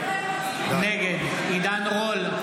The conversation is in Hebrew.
נגד עידן רול,